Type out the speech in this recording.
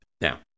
Now